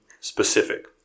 specific